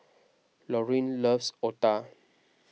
Lauryn loves Otah